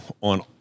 on